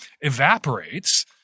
evaporates